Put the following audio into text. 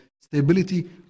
stability